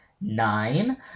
nine